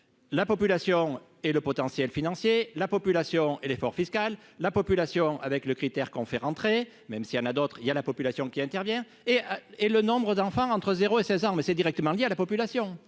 la population et le potentiel financier, la population est l'effort fiscal, la population avec le critère qu'on fait rentrer, même s'il y en a d'autres, il y a la population qui intervient et et le nombre d'enfants entre 0 et ses armes, c'est directement lié à la population,